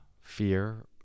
fear